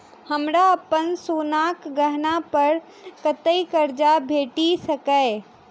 हमरा अप्पन सोनाक गहना पड़ कतऽ करजा भेटि सकैये?